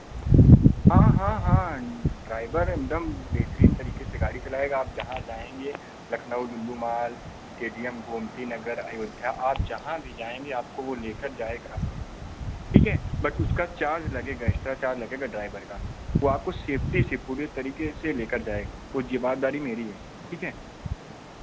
हाँ हाँ हाँ ड्राइवर एकदम बेहतरीन तरीके से गाड़ी चलाएगा जहाँ जाएंगे लखनऊ लुल्लू माल के डी एम गोमती नगर अयोध्या आप जहाँ भी जाएंगे आपको वो लेकर जाएगा ठीक है बट उसका चार्ज लगेगा एक्स्ट्रा चार्ज लगेगा ड्राइवर का वो आपको सेफ़्टी से पूरे तरीके से लेकर जाएगा वो जवाबदारी मेरी है ठीक है